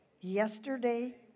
yesterday